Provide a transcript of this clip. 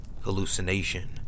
hallucination